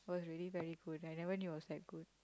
was really very good I never knew it was that good